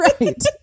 right